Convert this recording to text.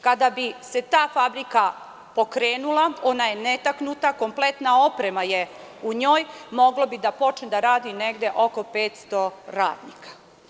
Kada bi se ta fabrika pokrenula, ona je netaknuta, kompletna oprema je u njoj, moglo bi da počne da radi negde oko 500 radnika.